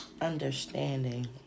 understanding